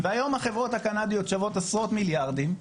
והיום החברות הקנדיות שוות עשרות מיליארדים,